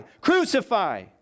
Crucify